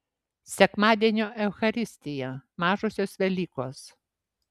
sekmadienio eucharistija mažosios velykos